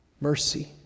mercy